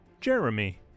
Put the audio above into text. Jeremy